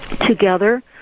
Together